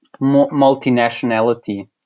multinationality